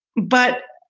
but,